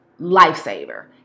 lifesaver